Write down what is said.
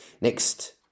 Next